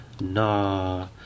nah